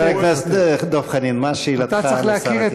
חבר הכנסת דב חנין, מה שאלתך לשר התקשורת?